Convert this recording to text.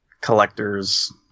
collectors